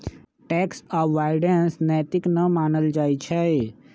tax avoidance नैतिक न मानल जाइ छइ